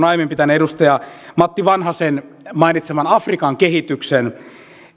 aiemmin pitäneen edustaja matti vanhasen mainitseman afrikan kehityksen